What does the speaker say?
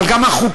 אבל גם החוקים,